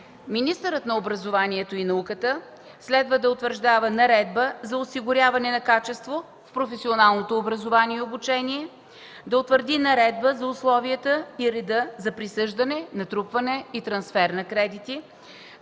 Министърът на образованието и науката следва да утвърждава Наредба за осигуряване на качество в професионалното образование и обучение, да утвърди Наредба за условията и реда за присъждане, натрупване и трансфер на кредити,